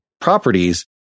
properties